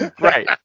Right